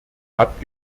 hat